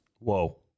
whoa